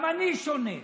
גם אני שונה.